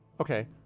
Okay